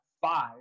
Five